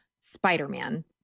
Spider-Man